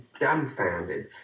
dumbfounded